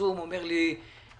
הם אמרו שהכוונה היא לספר על עיקרי